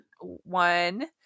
one